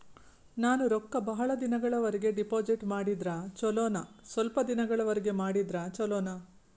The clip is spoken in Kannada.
ನಾನು ರೊಕ್ಕ ಬಹಳ ದಿನಗಳವರೆಗೆ ಡಿಪಾಜಿಟ್ ಮಾಡಿದ್ರ ಚೊಲೋನ ಸ್ವಲ್ಪ ದಿನಗಳವರೆಗೆ ಮಾಡಿದ್ರಾ ಚೊಲೋನ?